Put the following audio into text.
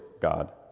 god